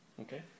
Okay